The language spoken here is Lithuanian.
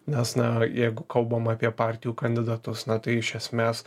nes na jeigu kalbam apie partijų kandidatus na tai iš esmės